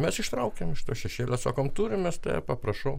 mes ištraukėm iš to šešėlio sakom turim mes tą epą prašau